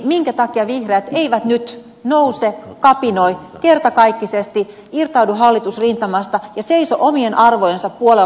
minkä takia vihreät eivät nyt nouse kapinoi kertakaikkisesti irtaudu hallitusrintamasta ja seiso omien arvojensa puolella